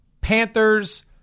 Panthers